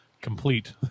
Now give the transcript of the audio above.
complete